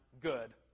good